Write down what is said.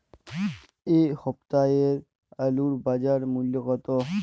এ সপ্তাহের আলুর বাজার মূল্য কত?